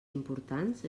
importants